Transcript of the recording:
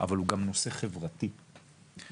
אבל הוא גם נושא חברתי במהותו,